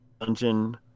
dungeon